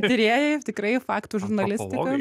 tyrėjai tikrai faktų žurnalistika